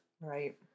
Right